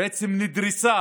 ובעצם נדרסה